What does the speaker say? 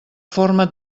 forma